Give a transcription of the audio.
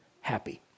happy